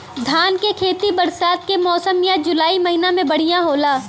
धान के खेती बरसात के मौसम या जुलाई महीना में बढ़ियां होला?